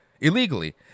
illegally